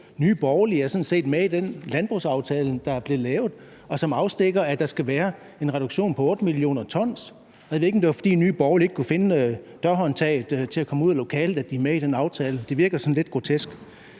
Nye Borgerlige er sådan set med i den landbrugsaftale, der blev lavet, og som udstikker, at der skal være en reduktion på 8 mio. t., og jeg ved ikke, om det var, fordi Nye Borgerlige ikke kunne finde dørhåndtaget til at komme ud af lokalet, at de er med i den aftale, men det virker sådan lidt grotesk.